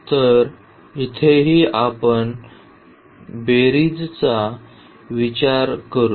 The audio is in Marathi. तर इथेही आपण या बेरीजचा विचार करू